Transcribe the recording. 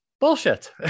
bullshit